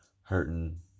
hurting